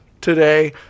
today